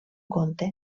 conte